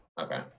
Okay